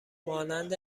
مانند